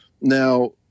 Now